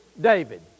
David